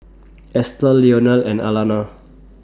Estelle Leonel and Alanna